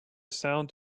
sound